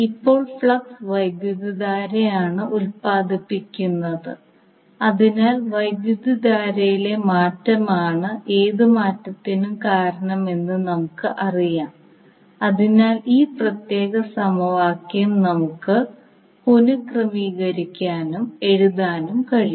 ഇപ്പോൾ ഫ്ലക്സ് വൈദ്യുതധാരയാണ് ഉൽപാദിപ്പിക്കുന്നത് അതിനാൽ വൈദ്യുതധാരയിലെ മാറ്റമാണ് ഏത് മാറ്റത്തിനും കാരണമെന്ന് നമുക്ക് പറയാം അതിനാൽ ഈ പ്രത്യേക സമവാക്യം നമുക്ക് പുന ക്രമീകരിക്കാനും എഴുതാനും കഴിയും